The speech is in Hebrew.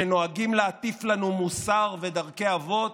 שנוהגים להטיף לנו מוסר ודרכי אבות,